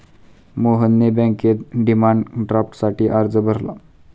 मोहनने बँकेत डिमांड ड्राफ्टसाठी अर्ज भरला